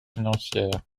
financières